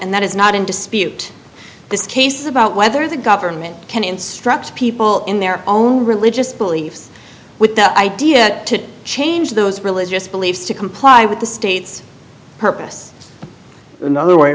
and that is not in dispute this case is about whether the government can instruct people in their own religious beliefs with the idea that to change those religious beliefs to comply with the state's purpose another way